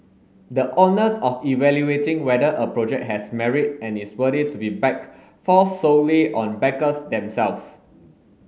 the onus of evaluating whether a project has merit and is worthy to be backed falls solely on backers themselves